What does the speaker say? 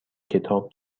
کتاب